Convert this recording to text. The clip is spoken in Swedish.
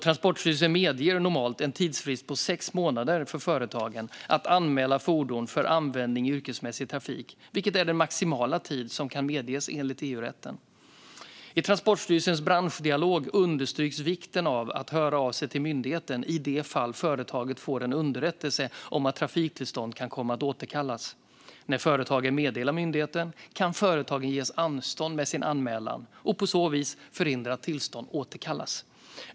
Transportstyrelsen medger normalt en tidsfrist på sex månader för företagen att anmäla fordon för användning i yrkesmässig trafik, vilket är den maximala tid som kan medges enligt EU-rätten. I Transportstyrelsens branschdialog understryks vikten att höra av sig till myndigheten i de fall företaget får en underrättelse om att trafiktillstånd kan komma att återkallas. När företagen meddelar myndigheten kan företagen ges anstånd med sin anmälan och på så vis förhindra att tillstånd återkallas.